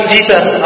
Jesus